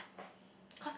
cause